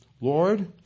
Lord